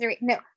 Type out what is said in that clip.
no